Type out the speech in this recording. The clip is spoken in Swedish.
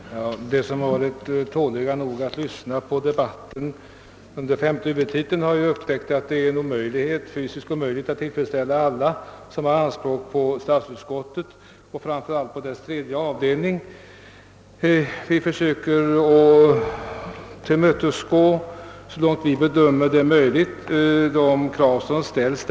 Herr talman! De som varit tåliga nog att lyssna på debatten om femte huvudtiteln har upptäckt att det är en fysisk omöjlighet att tillfredsställa alla som ställer anspråk på statsutskottet . och framför allt dess tredje avdelning. Vi försöker att så långt vi bedömer det möjligt tillmötesgå de önskemål som framställs.